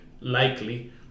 likely